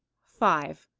five.